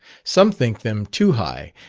some think them too high,